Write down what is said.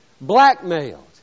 blackmailed